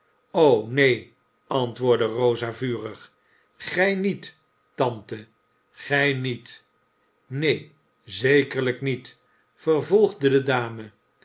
o neen antwoordde rosa vurig gij niet tante gij niet neen zekerlijk niet vervolgde de dame